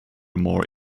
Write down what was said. more